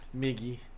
miggy